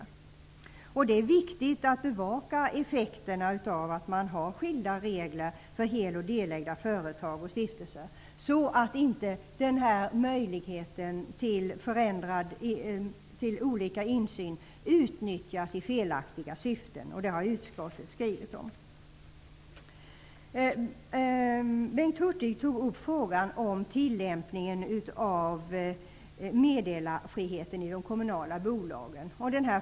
Det är viktigt att bevaka effekterna av att det finns skilda regler för hel och delägda företag och stiftelser, så att den här möjligheten till olika insyn inte utnyttjas i felaktiga syften. Detta tar utskottet upp i sin skrivning. Bengt Hurtig tog upp frågan om tillämpningen av meddelarfriheten i de kommunala bolagen.